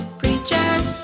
preachers